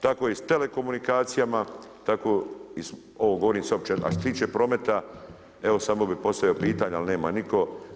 Tako i s telekomunikacijama, tako i ovo govorim a što se tiče prometa evo samo bih postavio pitanje, ali nema nitko.